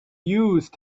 used